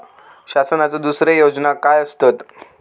शासनाचो दुसरे योजना काय आसतत?